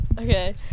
Okay